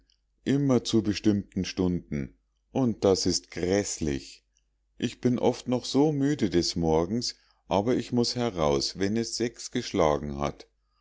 immer zu bestimmten stunden und das ist gräßlich ich bin oft noch so müde des morgens aber ich muß heraus wenn es sechs geschlagen hat